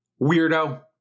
Weirdo